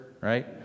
right